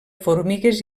formigues